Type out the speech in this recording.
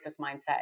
mindset